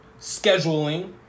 scheduling